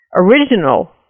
original